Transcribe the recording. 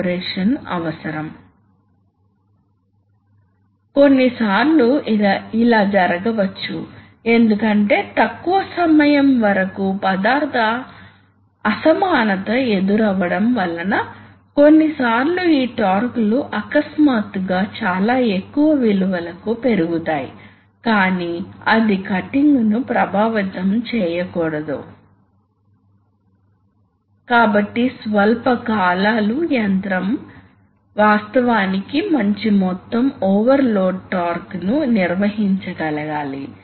down stream వాస్తవానికి load తో అనుసంధానించబడినప్పుడు లోడ్ ప్రెషర్ మారుతూ ఉంటుంది ఈ నిష్పత్తి మారుతూ ఉంటుంది అప్స్ట్రీమ్ లోడ్తో అనుసంధానించబడి ఉండవచ్చు మరియు డౌన్ స్ట్రీమ్ ఎగ్జాస్ట్ కు అనుసంధానించబడి ఉంటుంది ఈ సందర్భంలో ఇది స్థిరంగా ఉంటుంది కానీ ఇది మారవచ్చు కాబట్టి మళ్ళీ Pd Pu సంబంధం మారుతుంది